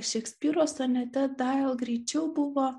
šekspyro sonete dail greičiau buvo